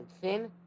thin